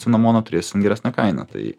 cinamoną turėsim geresnę kainą tai